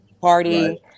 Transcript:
party